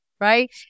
right